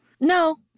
no